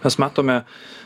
mes matome